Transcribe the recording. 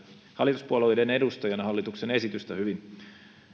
hallituspuolueiden edustajana hallituksen esitystä hyvin